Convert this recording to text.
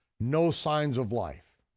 no signs of life.